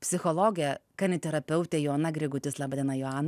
psichologė kaniterapeutė joana grigutis laba diena joana